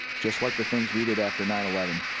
just like the things we did after nine eleven.